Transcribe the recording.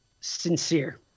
sincere